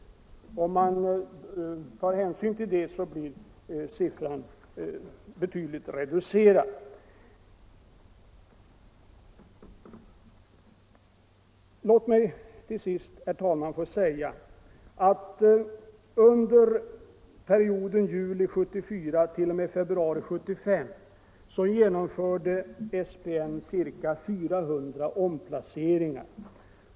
Tar man hänsyn till detta faktum blir siffran betydligt reducerad. Låt mig till sist, herr talman, få framhålla att SPN under perioden juli 1974—-februari 1975 genomförde ca 400 omplaceringar.